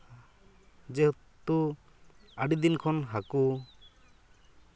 ᱡᱮᱦᱮᱛᱩ ᱟᱹᱰᱤ ᱫᱤᱱ ᱠᱷᱚᱱ ᱦᱟᱹᱠᱩ